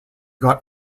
got